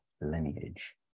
lineage